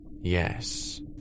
Yes